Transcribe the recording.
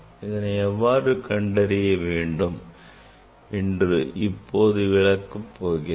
இதனை எவ்வாறு கண்டறிய வேண்டும் என்று இப்போது நான் விளக்க உள்ளேன்